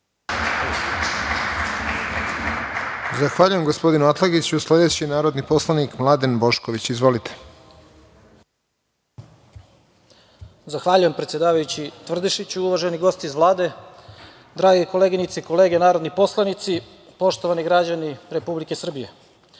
Zahvaljujem, gospodinu Atlagiću. Sledeći je narodni poslanik Mladen Bošković. Izvolite. **Mladen Bošković** Zahvaljujem, predsedavajući Tvrdišiću. Uvaženi gosti iz Vlade, drage koleginice i kolege narodni poslanici, poštovani građani Republike Srbije,